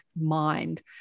mind